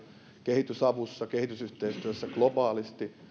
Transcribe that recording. kehitysavussa ja kehitysyhteistyössä globaalisti